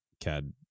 Cad